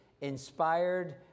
inspired